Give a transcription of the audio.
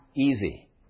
easy